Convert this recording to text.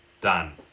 done